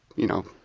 you know,